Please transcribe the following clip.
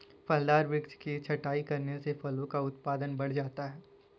फलदार वृक्ष की छटाई करने से फलों का उत्पादन बढ़ जाता है